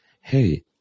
hey